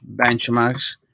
Benchmarks